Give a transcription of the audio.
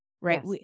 right